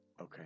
Okay